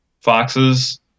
Foxes